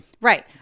Right